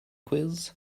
quiz